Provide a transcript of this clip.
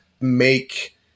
make